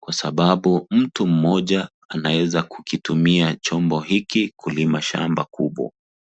kwa sababu mtu mmoja anaweza kukitumia chombo hiki kulima shamba kubwa.